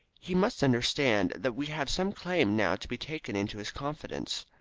he must understand that we have some claim now to be taken into his confidence.